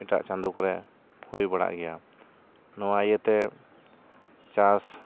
ᱮᱴᱟᱜ ᱪᱟᱸᱫᱳ ᱠᱚᱨᱮ ᱦᱩᱭ ᱵᱟᱲᱟᱜ ᱜᱮᱭᱟ ᱱᱚᱣᱟ ᱤᱭᱟᱹ ᱛᱮ ᱪᱟᱥ